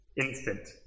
instant